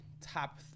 top